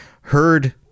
heard